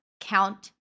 count